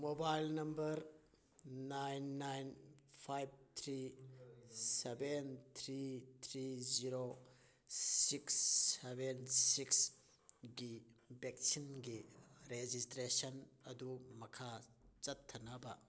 mobile number nine nine five three seven three three zero six seven six ꯒꯤ ꯚꯦꯛꯁꯤꯟꯒꯤ registration ꯑꯗꯨ ꯃꯈꯥ ꯆꯠꯊꯅꯕ